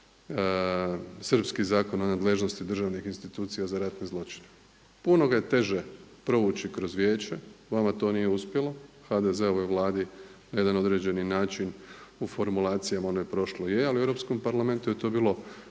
srpski Zakon o nadležnosti državnih institucija za ratne zločine. Puno ga je teže provući kroz Vijeće, vama to nije uspjelo. HDZ-ovoj Vladi na jedan određeni način u formulacijama onoj prošloj je, ali u Europskom parlamentu je to bilo